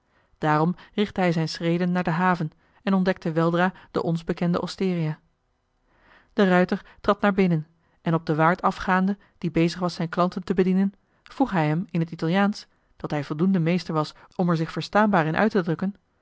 daarom richtte hij zijn schreden naar de haven en ontdekte weldra de ons bekende osteria de ruijter trad naar binnen en op den waard af gaande die bezig was zijn klanten te bedienen vroeg hij hem in het italiaansch dat hij voldoende meester was om er zich verstaanbaar in uit te drukken